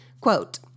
quote